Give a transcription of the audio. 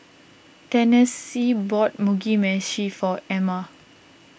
Tennessee bought Mugi Meshi for Emma